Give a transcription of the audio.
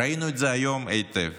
ראינו את זה היום היטב.